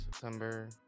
september